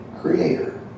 creator